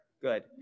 Good